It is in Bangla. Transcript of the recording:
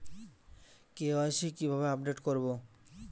কে.ওয়াই.সি কিভাবে আপডেট করব?